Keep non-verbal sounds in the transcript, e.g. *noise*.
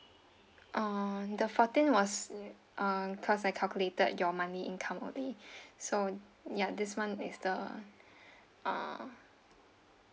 uh the fourteen was uh because I calculate that your monthly income only *breath* so ya this [one] is the uh